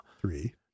Three